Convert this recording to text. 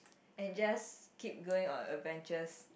and just keep going on adventures